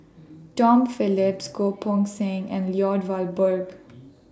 Tom Phillips Goh Poh Seng and Lloyd Valberg